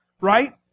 right